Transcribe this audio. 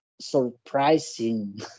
surprising